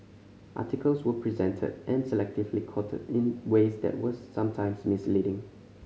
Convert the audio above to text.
articles were presented and selectively quoted in ways that were sometimes misleading